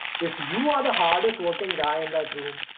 if you are the hardest-working guy in that room,